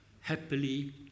happily